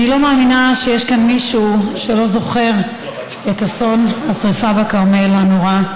אני לא מאמינה שיש כאן מישהו שלא זוכר את אסון השריפה בכרמל הנורא,